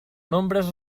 nombres